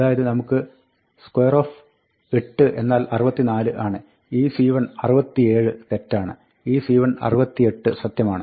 അതായത് നമുക്ക് square എന്നാൽ 64 ആണ് iseven തെറ്റാണ് iseven സത്യമാണ്